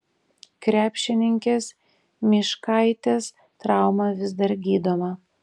krepšininkės myškaitės trauma vis dar gydoma